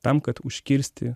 tam kad užkirsti